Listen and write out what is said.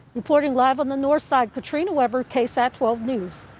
reporting live on the north side katrina webber ksat twelve news.